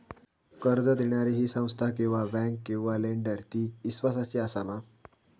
कर्ज दिणारी ही संस्था किवा बँक किवा लेंडर ती इस्वासाची आसा मा?